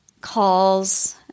calls